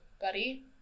buddy